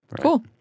Cool